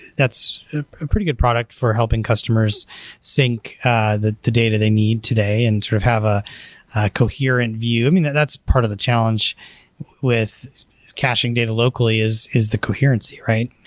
that's a pretty good product for helping customers sync the the data they need today and sort of have a coherent view. i mean, that's part of the challenge with caching data locally, is is the coherence, yeah right?